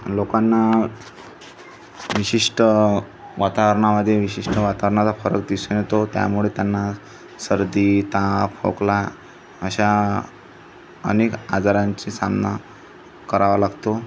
लोकांना विशिष्ट वातावरणामध्ये विशिष्ट वातावरणाचा फरक दिसून येतो त्यामुळे त्यांना सर्दी ताप खोकला अशा अनेक आजारांशी सामना करावा लागतो